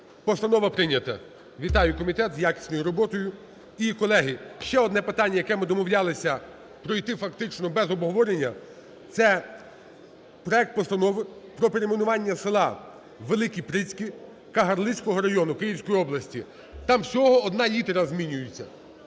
Постанова прийнята. Вітаю комітет з якісною роботою. І, колеги, ще одне питання, яке ми домовлялися пройти фактично без обговорення, - це проект Постанови про перейменування села ВеликіПрицьки Кагарлицького району Київської області, там всього одна літера змінюється.